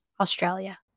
Australia